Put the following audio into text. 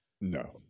no